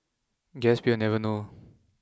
guess we will never know